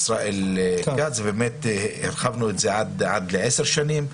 ישראל כץ, ובאמת הרחבנו את זה עד 10 שנים.